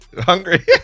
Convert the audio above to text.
Hungry